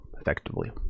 Effectively